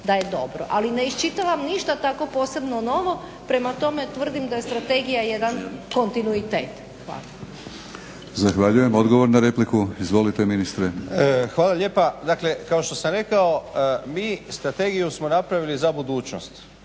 Ali ne iščitavam ništa tako posebno novo. Prema tome, tvrdim da je strategija jedan kontinuitet. Hvala. **Batinić, Milorad (HNS)** Zahvaljujem. Odgovor na repliku, izvolite ministre. **Miljenić, Orsat** Hvala lijepa. Dakle, kao što sam rekao mi strategiju smo napravili za budućnost.